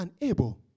unable